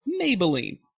Maybelline